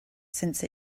since